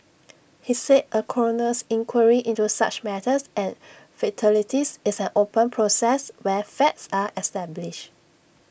he said A coroner's inquiry into such matters and fatalities is an open process where facts are established